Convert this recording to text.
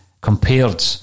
compared